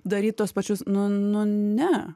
daryt tuos pačius nu nu ne